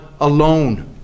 alone